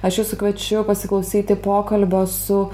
aš jūsų kviečiu pasiklausyti pokalbio su